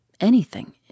Anything